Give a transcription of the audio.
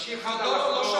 תמשיך הלאה לחלום.